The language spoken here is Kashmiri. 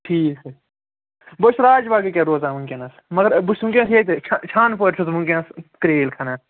ٹھیٖک بہٕ حظ چھُس راج باغ ییٚکیٛاہ روزان وٕنۍکٮ۪نَس مگر بہٕ چھُس وٕنۍکٮ۪نَس ییٚتہِ چھا چھانپورِ چھُس بہٕ وٕنۍکٮ۪نَس کریٖلۍ کھَنان